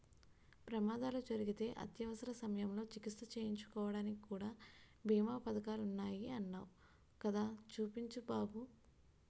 ప్రమాదాలు జరిగితే అత్యవసర సమయంలో చికిత్స చేయించుకోడానికి కూడా బీమా పదకాలున్నాయ్ అన్నావ్ కదా చూపించు బాబు